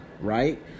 Right